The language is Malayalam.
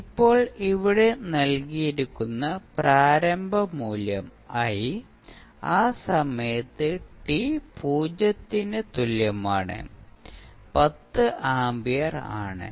ഇപ്പോൾ ഇവിടെ നൽകിയിരിക്കുന്ന പ്രാരംഭ മൂല്യം I ആ സമയത്ത് t 0 ന് തുല്യമാണ് 10 ആമ്പിയർ ആണ്